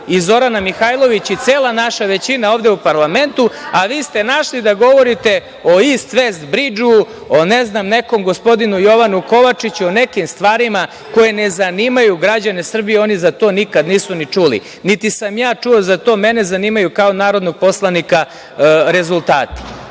Zorana Mihajlović i cela naša većina ovde u parlamentu, a vi ste našli da govorite o „Ist vest bridžu“, o ne znam nekom gospodinu Jovanu Kovačiću, nekim stvarima koje ne zanimaju građane Srbije i oni za to nikada nisu ni čuli, niti sam ja čuo za to. Mene zanimaju kao narodnog poslanika rezultati. Molim